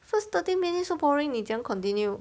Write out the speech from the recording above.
first thirty minutes so boring 你怎样 continue